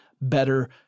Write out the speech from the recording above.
better